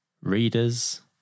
readers